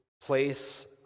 place